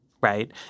right